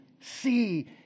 see